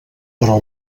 però